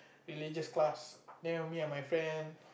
religious class then me and my friend